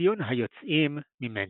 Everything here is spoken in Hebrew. וציון היוצאים ממנו.